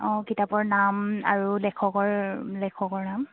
অঁ কিতাপৰ নাম আৰু লেখকৰ লেখকৰ নাম